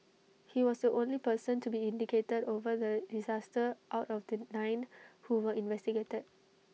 he was the only person to be indicated over the disaster out of the nine who were investigated